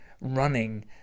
running